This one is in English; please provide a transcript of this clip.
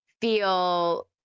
feel